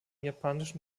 japanischen